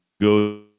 go